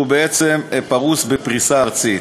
כשהוא בעצם פרוס בפריסה ארצית,